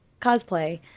cosplay